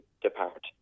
depart